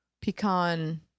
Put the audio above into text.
pecan